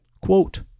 Quote